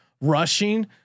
rushing